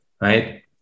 right